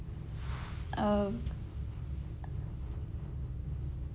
um